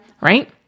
right